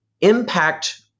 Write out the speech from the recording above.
impact